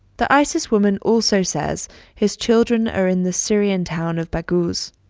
the isis woman also says his children are in the syrian town of baghouz.